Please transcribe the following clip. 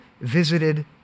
visited